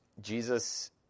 Jesus